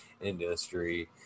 industry